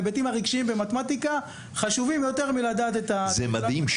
ההיבטים הרגשיים במתמטיקה חשובים יותר מלדעת את --- זה מדהים.